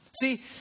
See